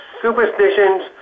superstitions